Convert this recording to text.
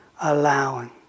allowing